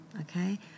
Okay